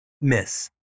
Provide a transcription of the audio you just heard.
miss